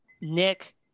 nick